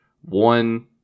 one